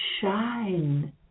shine